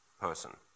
person